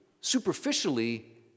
superficially